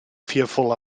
fearful